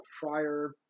fryer